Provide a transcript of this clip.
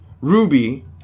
Ruby